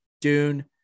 Dune